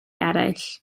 eraill